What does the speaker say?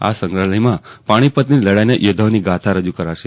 આસંગ્રહાલયમાં પાણીપતની લડાઇના યોદ્વાઓની ગાથા રજૂ કરાશે